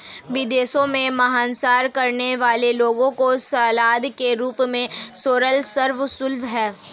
विदेशों में मांसाहार करने वाले लोगों को सलाद के रूप में सोरल सर्व सुलभ है